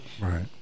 Right